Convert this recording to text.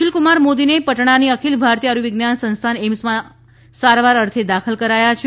સુશીલ કુમાર મોદીને પટણાની અખિલ ભારતીય આયુવિજ્ઞાન સંસ્થાન એઇમ્સમાં અર્થે દાખલ કરવામાં આવ્યા છે